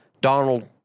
Donald